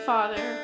Father